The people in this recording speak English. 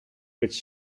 which